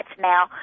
now